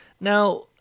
Now